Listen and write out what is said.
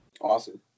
awesome